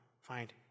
find